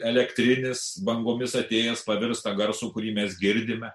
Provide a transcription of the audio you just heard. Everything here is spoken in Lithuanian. elektrinis bangomis atėjęs pavirsta garsu kurį mes girdime